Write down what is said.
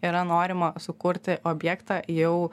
yra norima sukurti objektą jau